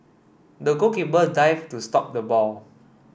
the goalkeeper dived to stop the ball